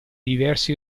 diversi